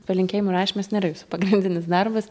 palinkėjimų rašymas nėra jūsų pagrindinis darbas